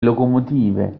locomotive